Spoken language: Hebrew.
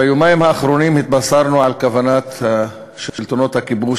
ביומיים האחרונים התבשרנו על כוונת שלטונות הכיבוש